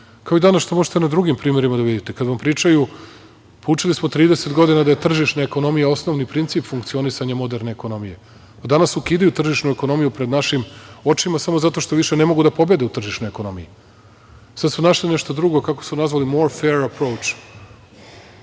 i danas što možete na drugim primerima da vidite kada vam pričaju. Učili smo trideset godina da je tržišna ekonomija osnovni princip funkcionisanja moderne ekonomije. Danas ukidaju tržišnu ekonomiju pred našim očima samo zato što više ne mogu da pobede u tržišnoj ekonomiji. Sad su našli nešto drugo, kako su nazvali more fere approach